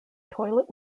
toilet